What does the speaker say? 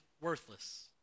worthless